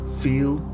feel